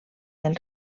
del